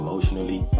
emotionally